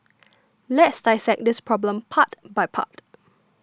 let's dissect this problem part by part